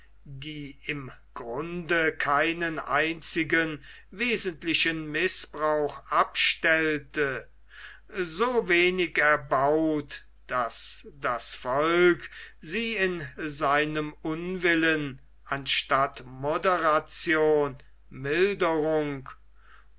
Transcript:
die im grunde keinen einzigen wesentlichen mißbrauch abstellte so wenig erbaut daß das volk sie in seinem unwillen anstatt moderation